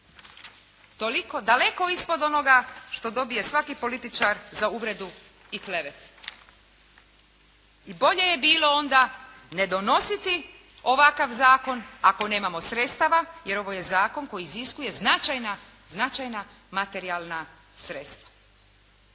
daleko ispod onoga što dobije svaki političar za uvredu i klevete. I bolje je bilo onda ne donositi ovakav zakon ako nemamo sredstava, jer ovo je zakon koji iziskuje značajna materijalna sredstva.